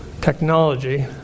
technology